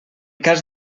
cas